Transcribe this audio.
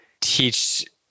teach